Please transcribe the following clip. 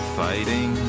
fighting